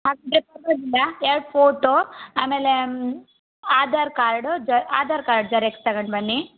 ಆ ಎರಡು ಫೋಟೋ ಆಮೇಲೆ ಆಧಾರ್ ಕಾರ್ಡು ಜೆ ಆಧಾರ್ ಕಾರ್ಡ್ ಜೆರಾಕ್ಸ್ ತಗೊಂಡು ಬನ್ನಿ